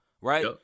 right